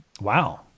wow